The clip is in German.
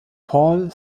paul